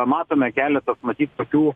matome keletas matyt tokių